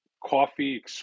coffee